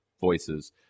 voices